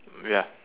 ya